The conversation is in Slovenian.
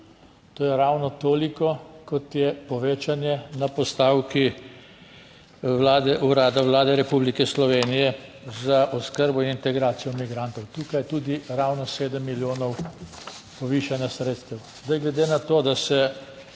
To je ravno toliko kot je povečanje na postavki Vlade, Urada Vlade Republike Slovenije za oskrbo in integracijo migrantov, tukaj je tudi ravno sedem milijonov povišanja sredstev. Zdaj glede na to, da se